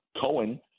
Cohen